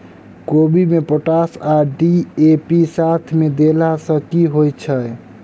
कोबी मे पोटाश आ डी.ए.पी साथ मे देला सऽ की होइ छै?